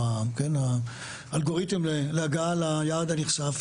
או האלגוריתם להגעה ליעד הנכסף.